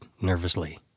nervously